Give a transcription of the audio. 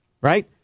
right